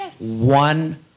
One